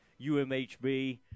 UMHB